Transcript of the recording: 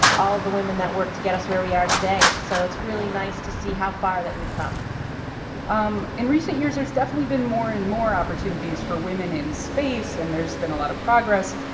all of the women that worked to get us where we are today. so it's really nice to see how far that we've come um in recent years, there's definitely been more and more opportunities for women in space, and there's been a lot of progress.